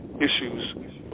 issues